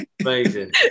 Amazing